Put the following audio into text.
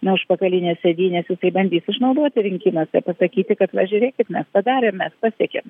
nuo užpakalinės sėdynės jisai bandys išnaudoti rinkimuose pasakyti kad va žiūrėkit mes padarėm mes pasiekėm